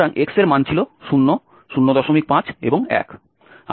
সুতরাং x এর মান ছিল 0 05 এবং 1